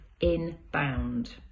inbound